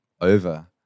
over